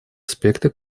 аспекты